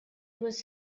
was